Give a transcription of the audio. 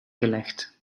gelegd